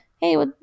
hey